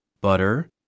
butter